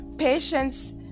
Patience